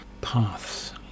paths